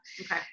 Okay